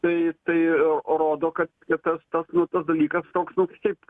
tai tai rodo kad kad tas tas nu tas dalykas toks nu šiaip